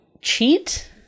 cheat